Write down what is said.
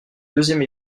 deuxième